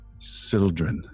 Sildren